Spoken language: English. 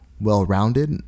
well-rounded